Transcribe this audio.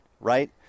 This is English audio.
right